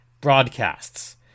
broadcasts